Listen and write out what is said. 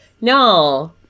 No